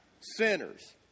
sinners